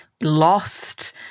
lost